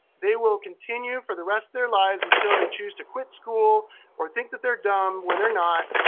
they will continue for the rest of their lives until they choose to quit school or think that they're dumb when they're not.